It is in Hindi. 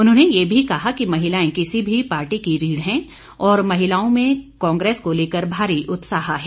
उन्होंने ये भी कहा कि महिलाएं किसी भी पार्टी की रीढ़ हैं और महिलाओं में कांग्रेस को लेकर भारी उत्साह है